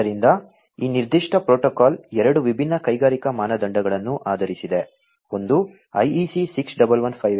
ಆದ್ದರಿಂದ ಈ ನಿರ್ದಿಷ್ಟ ಪ್ರೋಟೋಕಾಲ್ ಎರಡು ವಿಭಿನ್ನ ಕೈಗಾರಿಕಾ ಮಾನದಂಡಗಳನ್ನು ಆಧರಿಸಿದೆ ಒಂದು IEC 61158 ಮತ್ತು ಇನ್ನೊಂದು 61784